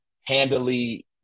handily